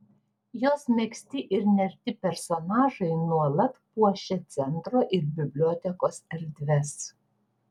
jos megzti ir nerti personažai nuolat puošia centro ir bibliotekos erdves